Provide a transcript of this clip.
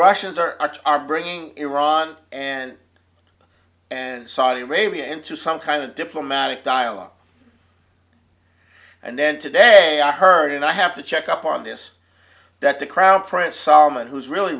russians are are bringing iran and and saudi arabia into some kind of diplomatic dialogue and then today i heard and i have to check up on this that the crown prince solomon who's really